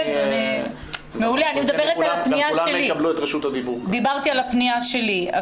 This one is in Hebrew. אני מדברת על הפניה שלי.